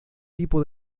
tipo